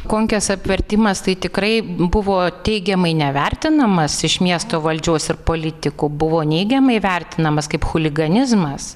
konkės apvertimas tai tikrai buvo teigiamai nevertinamas iš miesto valdžios ir politikų buvo neigiamai vertinamas kaip chuliganizmas